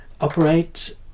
operate